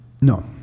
no